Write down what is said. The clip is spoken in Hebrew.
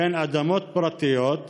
הן אדמות פרטיות,